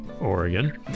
Oregon